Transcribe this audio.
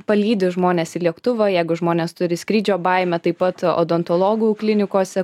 palydi žmones į lėktuvą jeigu žmonės turi skrydžio baimę taip pat odontologų klinikose